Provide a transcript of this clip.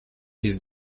his